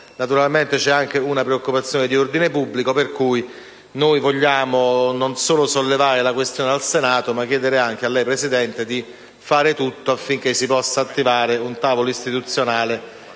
naturalmente, c'è anche una preoccupazione di ordine pubblico. Per cui, noi vogliamo, non solo sollevare la questione al Senato, ma chiedere anche a lei, signor Presidente, di fare tutto il necessario affinché si possa attivare un tavolo istituzionale